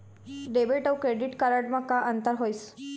Debit अऊ credit card म का अंतर होइस?